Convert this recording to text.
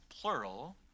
plural